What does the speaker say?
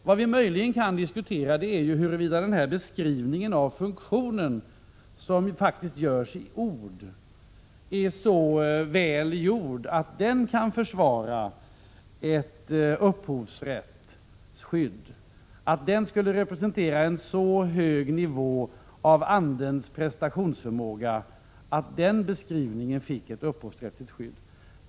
Vad vi möjligen kan diskutera är huruvida beskrivningen av funktionen, som faktiskt görs i ord, är så väl gjord att den kan försvara ett upphovsrättsligt skydd eller huruvida beskrivningen representerar en andens prestationsförmåga som ligger på en så hög nivå att denna motiverar ett upphovsrättsligt skydd.